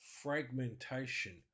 fragmentation